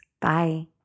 Bye